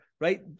Right